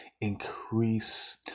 increase